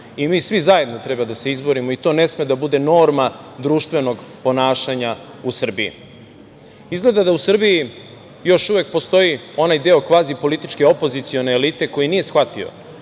svi zajedno treba da se izborimo i to ne sme da bude norma društvenog ponašanja u Srbiji. Izgleda da u Srbiji još uvek postoji onaj deo kvazi političke opozicione elite koji nije shvatio